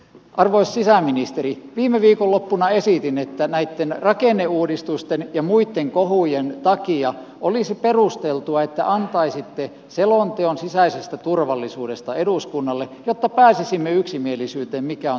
arvoisa sisäministeri viime viikonloppuna esitin että näitten rakenneuudistusten ja muitten kohujen takia olisi perusteltua että antaisitte selonteon sisäisestä turvallisuudesta eduskunnalle jotta pääsisimme yksimielisyyteen mikä on tilanne